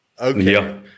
Okay